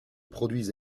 produits